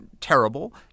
terrible